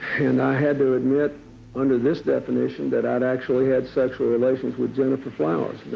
and i had to admit under this definition that i'd actually had sexual relations with gennifer flowers. but